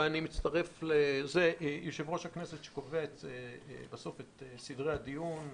אני מצטרף לזה שיושב-ראש הכנסת קובע בסופו של דבר את סדרי הדיון,